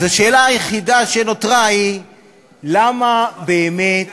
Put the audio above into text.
אז השאלה היחידה שנותרה היא למה באמת